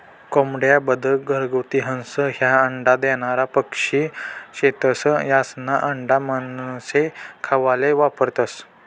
कोंबड्या, बदक, घरगुती हंस, ह्या अंडा देनारा पक्शी शेतस, यास्ना आंडा मानशे खावाले वापरतंस